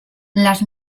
las